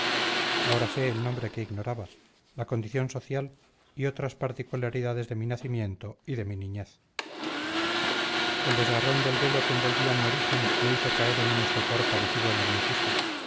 ahora sé el nombre que ignoraba la condición social y otras particularidades de mi nacimiento y de mi niñez el desgarrón del velo que envolvía mi origen me hizo caer en un estupor parecido al